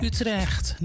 Utrecht